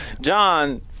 John